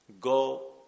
go